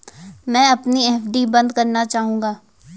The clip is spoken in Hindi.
मैं अपनी एफ.डी बंद करना चाहूंगा